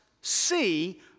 see